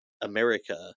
America